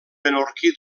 menorquí